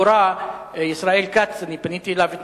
התחבורה ישראל כץ, גם פניתי אליו אתמול,